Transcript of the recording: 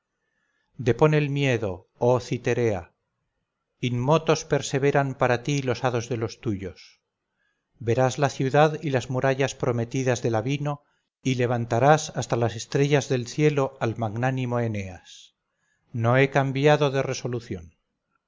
depón el miedo oh citerea inmotos perseveran para ti los hados de los tuyos verás la ciudad y las murallas prometidas de lavino y levantarás hasta las estrellas del cielo al magnánimo eneas no he cambiado de resolución